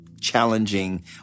challenging